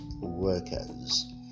workers